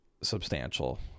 substantial